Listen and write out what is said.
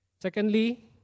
Secondly